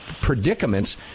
predicaments